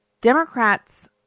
Democrats